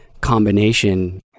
combination